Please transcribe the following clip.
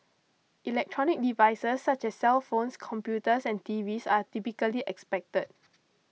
electronic devices such as cellphones computers and T Vs are typically expected